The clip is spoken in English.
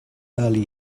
early